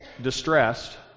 distressed